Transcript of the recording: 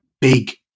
big